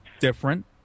different